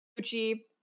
Gucci